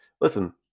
listen